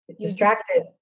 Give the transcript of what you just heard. distracted